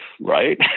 right